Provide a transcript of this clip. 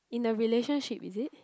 in a relationship is it